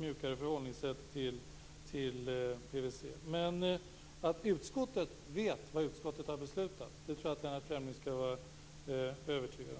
mjukare förhållningssätt till PVC. Att utskottet vet vad utskottet har beslutat, det tror jag att Lennart Fremling kan vara övertygad om.